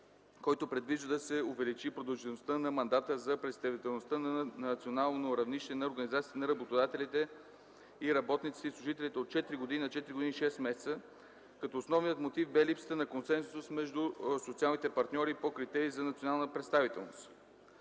който предвижда да се увеличи продължителността на мандата за представителността на национално равнище на организациите на работодателите и работниците и служителите от четири години на четири години и шест месеца, като основният мотив бе липсата на консенсус между социалните партньори по критерии за национална представителност.